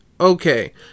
Okay